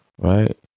Right